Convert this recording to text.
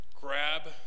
Grab